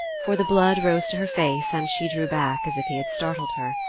for the blood rose to her face and she drew back as if he had startled her.